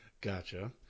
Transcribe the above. Gotcha